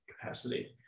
capacity